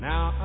Now